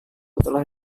telah